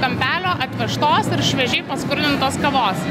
kampelio atvežtos ir šviežiai paskrudintos kavos